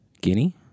Guinea